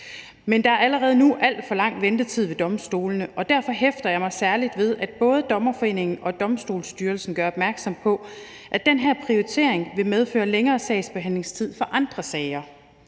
Men der er allerede nu alt for lang ventetid ved domstolene, og derfor hæfter jeg mig særlig ved, at både Dommerforeningen og Domstolsstyrelsen gør opmærksom på, at den her prioritering vil medføre længere sagsbehandlingstid for andre sager.